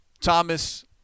Thomas